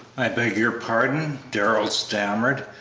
i beg your pardon, darrell stammered,